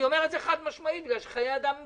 אני אומר את זה חד-משמעית בגלל שחיי אדם קודמים,